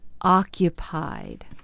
occupied